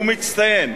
הוא מצטיין.